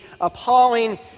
appalling